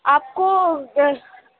آپ کو اہ